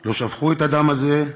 לא שפכו את הדם הזה,